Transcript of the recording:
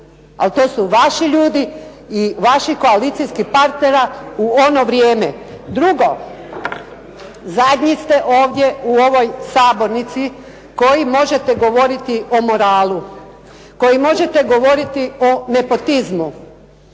ali to su vaši ljudi, i vaši koalicijski partneri u ono vrijeme. Drugo, zadnji ste ovdje u ovoj Sabornici koji možete govoriti o moralu, koji možete govoriti o nepotizmu.